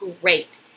great